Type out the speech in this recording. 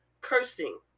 cursing